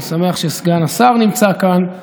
אני שמח שסגן השר נמצא כאן,